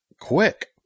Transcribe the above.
Quick